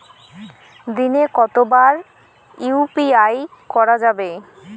দিনে কতবার ইউ.পি.আই করা যাবে?